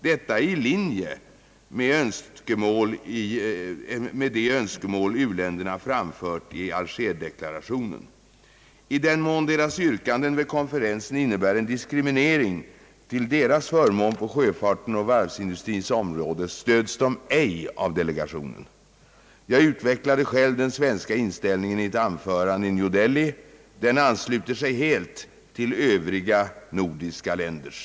Detta är i linje med de önskemål u-länderna framfört i Alger-deklarationen. I den mån deras yrkanden vid konferensen innebär en diskriminering till deras förmån på sjöfartens och varvsindustrins områden stöds de ej av delegationen. Jag utvecklade själv den svenska inställningen i ett anförande i New Delhi. Den ansluter sig helt till övriga nordiska länders.